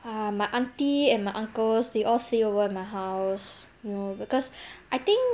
ah my aunty and my uncles they all stay over at my house you know because I think